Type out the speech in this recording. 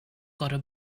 gotta